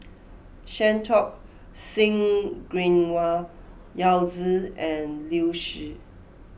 Santokh Singh Grewal Yao Zi and Liu Si